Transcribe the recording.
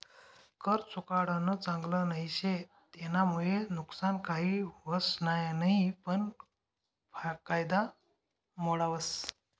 कर चुकाडानं चांगल नई शे, तेनामुये नुकसान काही व्हस नयी पन कायदा मोडावस